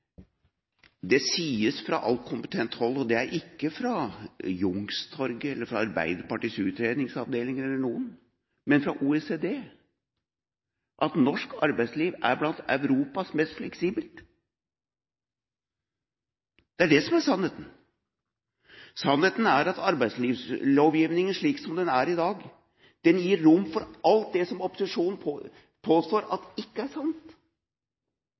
Det sies fra alt kompetent hold – det er ikke fra Youngstorget eller fra Arbeiderpartiets utredningsavdeling, men fra OECD – at norsk arbeidsliv er blant Europas mest fleksible. Det er det som er sannheten. Sannheten er at arbeidslivslovgivningen, slik den er i dag, gir rom for alt det opposisjonen påstår ikke er sant.